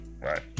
right